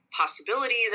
possibilities